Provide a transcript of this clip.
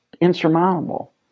Insurmountable